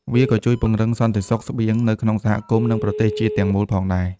វាក៏ជួយពង្រឹងសន្តិសុខស្បៀងនៅក្នុងសហគមន៍និងប្រទេសជាតិទាំងមូលផងដែរ។